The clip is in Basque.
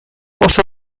oso